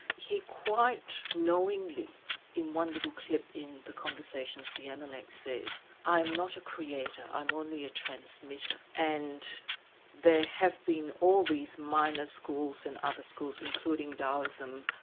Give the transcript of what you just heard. he quite knowingly in one little clip in the conversations, the analects says, i'm not a creator, i'm only a transmitter', and there have been all these minor schools and other schools including taoism,